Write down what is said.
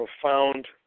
profound